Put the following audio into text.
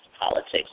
politics